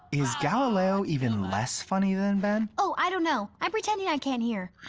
is galileo even less funny than ben? oh, i don't know. i'm pretending i can't hear.